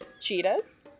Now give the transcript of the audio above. cheetahs